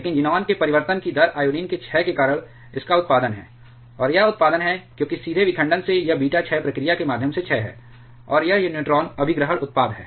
लेकिन ज़ीनान के परिवर्तन की दर आयोडीन के क्षय के कारण इसका उत्पादन है और यह उत्पादन है क्योंकि सीधे विखंडन से यह बीटा क्षय प्रक्रिया के माध्यम से क्षय है और यह न्यूट्रॉन अभिग्रहण उत्पाद है